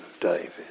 David